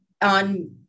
on